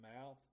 mouth